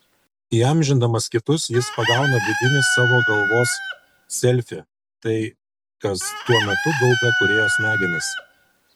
įamžindamas kitus jis pagauna vidinį savo galvos selfį tai kas tuo metu gaubia kūrėjo smegenis